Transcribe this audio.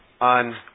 on